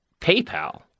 PayPal